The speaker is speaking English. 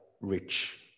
rich